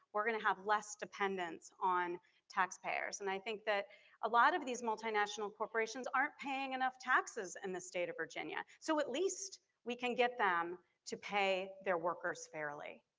we're gonna have less dependence on taxpayers. and i think that a lot of these multinational corporations aren't paying enough taxes in the state of virginia so at least we can get them to pay their workers fairly.